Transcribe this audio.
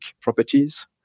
properties